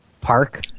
park